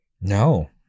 No